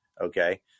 okay